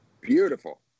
beautiful